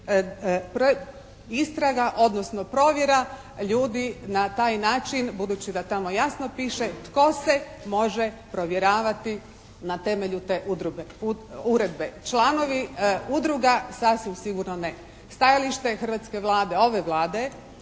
istraga odnosno provjera ljudi na taj način budući da tamo jasno piše tko se može provjeravati na temelju te Uredbe? Članovi udruga sasvim sigurno ne. Stajalište hrvatske Vlade, ove Vlade